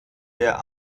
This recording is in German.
der